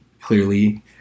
clearly